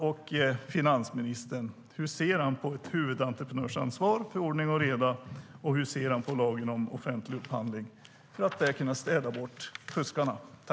Hur ser finansministern på ett huvudentreprenörsansvar för ordning och reda, och hur ser han på lagen om offentlig upphandling, för att man där ska kunna städa bort fuskarna?